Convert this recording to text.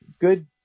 good